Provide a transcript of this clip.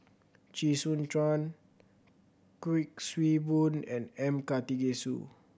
Chee Soon Juan Kuik Swee Boon and M Karthigesu